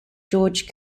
george